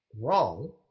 wrong